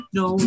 no